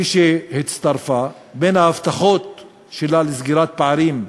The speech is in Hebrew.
כשהצטרפה, של ההבטחות שלה לסגירת פערים,